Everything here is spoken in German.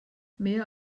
mehr